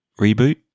Reboot